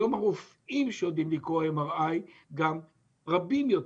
היום הרופאים שיודעים לקרוא MRI גם רבים יותר.